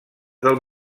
del